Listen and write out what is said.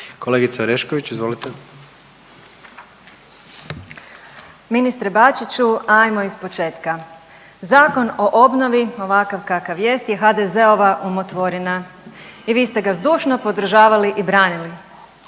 imenom i prezimenom)** Ministre Bačiću, ajmo ispočetka. Zakon o obnovi ovakav kakav jest je HDZ-ova umotvorina i vi ste ga zdušno podržavali i branili.